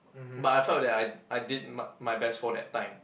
but I felt that I I did my my best for that time